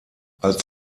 als